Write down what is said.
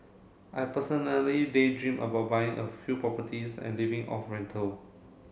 I personally daydream about buying a few properties and living off rental